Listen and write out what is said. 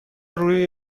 روی